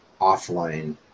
offline